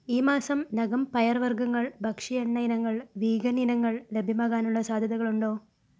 ഈ മാസം നകം പയർവർഗ്ഗങ്ങൾ ഭക്ഷ്യ എണ്ണ ഇനങ്ങൾ വീഗൻ ഇനങ്ങൾ ലഭ്യമാകാനുള്ള സാധ്യതകളുണ്ടോ